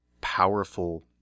powerful